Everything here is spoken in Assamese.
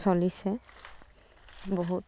চলিছে বহুত